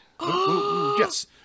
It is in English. Yes